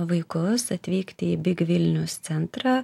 vaikus atvykti į big vilnius centrą